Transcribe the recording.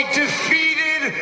defeated